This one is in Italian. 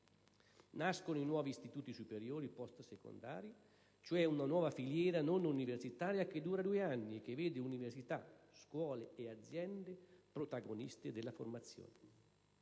Nascono i nuovi istituti superiori post-secondari, cioè una nuova filiera non universitaria che dura due anni e che vede università, scuole e aziende protagoniste della formazione.